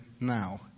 now